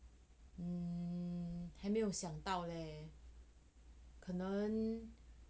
嗯还没有想到 leh 可能